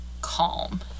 calm